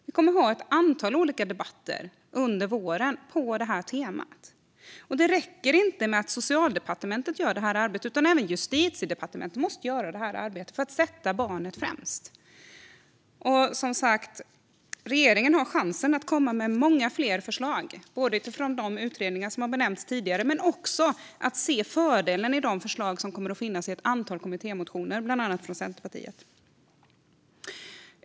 Vi kommer under våren att ha ett antal olika debatter på temat. Det räcker inte att Socialdepartementet gör arbetet, utan även Justitiedepartementet måste göra det för att sätta barnet främst. Regeringen har som sagt chans nu att komma med många ytterligare förslag, både utifrån de utredningar som tidigare har nämnts och genom att se fördelen i de förslag som kommer att finnas i ett antal kommittémotioner från bland annat Centerpartiet.